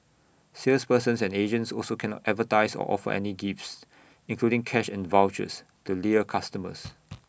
salespersons and agents also cannot advertise or offer any gifts including cash and vouchers to lure customers